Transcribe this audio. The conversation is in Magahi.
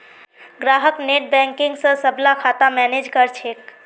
ग्राहक नेटबैंकिंग स सबला खाता मैनेज कर छेक